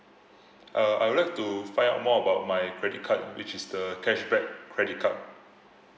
uh I would like to find out more about my credit card which is the cashback credit card